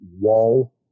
wall